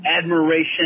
admiration